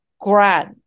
grand